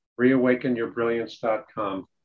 reawakenyourbrilliance.com